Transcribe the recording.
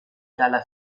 dalla